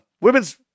women's